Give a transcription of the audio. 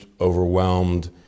overwhelmed